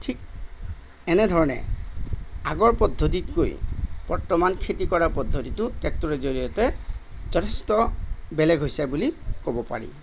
ঠিক এনেধৰণে আগৰ পদ্ধতিতকৈ বৰ্তমান খেতি কৰাৰ পদ্ধতিটো ট্ৰেক্টৰৰ জৰিয়তে যথেষ্ট বেলেগ হৈছে বুলি ক'ব পাৰি